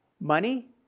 money